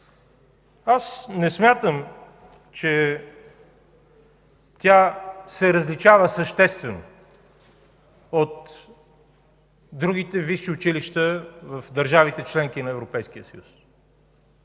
Не смятам, че тя се различава съществено от другите висши училища в държавите – членки на Европейския съюз.